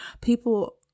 people